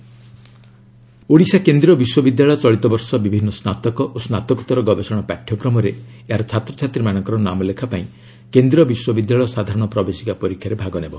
Odisha CUCET Odisha କେନ୍ଦ୍ରୀୟ ବିଶ୍ୱବିଦ୍ୟାଳୟ ଚଳିତ ବର୍ଷ ବିଭିନ୍ନ ସ୍ନାତକ ଓ ସ୍ରାତକୋତ୍ତର ଗବେଷଣା ପାଠ୍ୟକ୍ରମରେ ଏହାର ଛାତ୍ରଛାତ୍ରୀମାନଙ୍କର ନାମ ଲେଖା ପାଇଁ କେନ୍ଦ୍ରୀୟ ବିଶ୍ୱବିଦ୍ୟାଳୟ ସାଧାରଣ ପ୍ରବେଶିକ ପରୀକ୍ଷାରେ ଭାଗ ନେବ